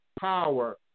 power